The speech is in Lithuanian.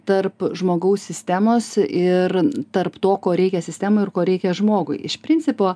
tarp žmogaus sistemos ir tarp to ko reikia sistemai ir ko reikia žmogui iš principo